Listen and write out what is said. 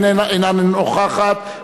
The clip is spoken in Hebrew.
היא איננה נוכחת,